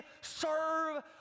serve